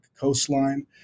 coastline